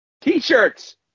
T-shirts